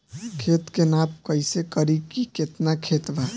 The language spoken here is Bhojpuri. खेत के नाप कइसे करी की केतना खेत बा?